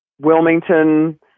Wilmington